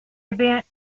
event